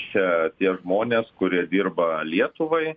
čia tie žmonės kurie dirba lietuvai